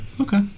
Okay